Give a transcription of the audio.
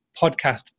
Podcast